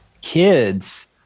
kids